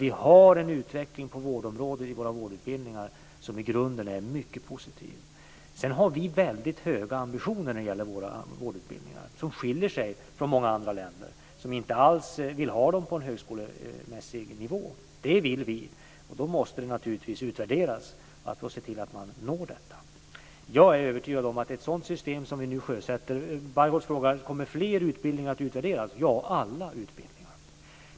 Vi har en utveckling på vårdområdet i våra vårdutbildningar som i grunden är mycket positiv. Vi har höga ambitioner med våra vårdutbildningar, som skiljer sig från många andra länder som inte alls vill ha dem på en högskolemässig nivå. Det vill vi. Då måste utbildningarna utvärderas för att se till att de når målen. Bargholtz frågar om fler utbildningar kommer att utvärderas. Ja, alla utbildningar.